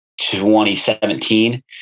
2017